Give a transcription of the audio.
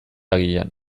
agian